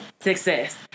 success